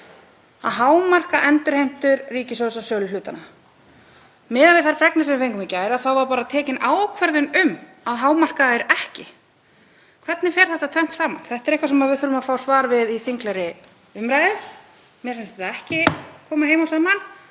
Að hámarka endurheimtur ríkissjóðs af sölu hlutanna. Miðað við þær fregnir sem við fengum í gær var bara tekin ákvörðun um að hámarka þær ekki. Hvernig fer þetta tvennt saman? Þetta er eitthvað sem við þurfum að fá svar við í þinglegri umræðu. Mér finnst þetta ekki koma heim og saman